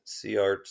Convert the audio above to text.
CR